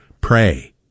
Pray